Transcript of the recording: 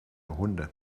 hunde